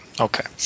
okay